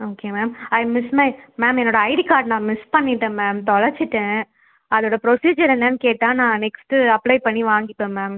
okay ma'am I miss my ma'am என்னோட ID card நான் miss பண்ணிட்டேன் மேம் தொலைச்சிட்டேன் அதோடய ப்ரொசீஜர் என்னென்னு கேட்டால் நான் நெக்ஸ்ட்டு அப்ளை பண்ணி வாங்கிப்பேன் மேம்